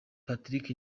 patrick